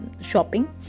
shopping